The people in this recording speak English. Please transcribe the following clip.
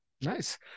nice